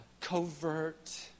covert